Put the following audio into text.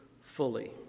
fully